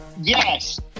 Yes